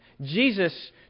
Jesus